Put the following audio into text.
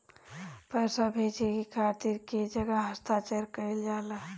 पैसा भेजे के खातिर कै जगह हस्ताक्षर कैइल जाला?